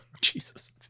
Jesus